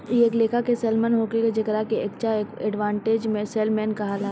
इ एक लेखा के सैल्मन होले जेकरा के एक्वा एडवांटेज सैल्मन कहाला